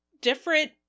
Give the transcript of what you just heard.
different